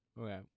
Okay